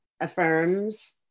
affirms